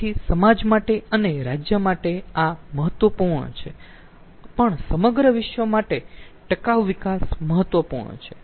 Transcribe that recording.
તેથી સમાજ માટે અને રાજ્ય માટે આ મહત્વપૂર્ણ છે પણ સમગ્ર વિશ્વ માટે ટકાઉ વિકાસ મહત્વપૂર્ણ છે